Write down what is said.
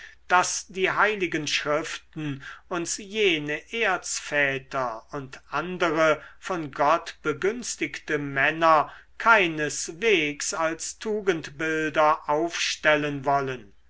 daß die heiligen schriften uns jene erzväter und andere von gott begünstigte männer keineswegs als tugendbilder aufstellen wollen